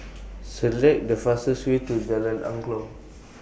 Select The fastest Way to Jalan Angklong